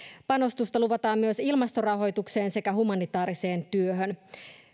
panostusta luvataan myös ilmastorahoitukseen sekä humanitaariseen työhön